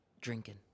drinking